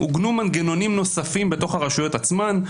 עוגנו מנגנונים נוספים בתוך הרשויות עצמן.